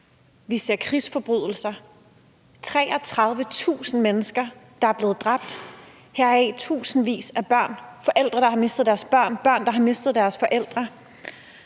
vi ser krigsforbrydelser. 33.000 mennesker er blevet dræbt, heraf tusindvis af børn. Forældre har mistet deres børn, og har mistet deres forældre.